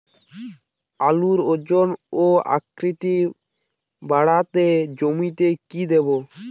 আলুর ওজন ও আকৃতি বাড়াতে জমিতে কি দেবো?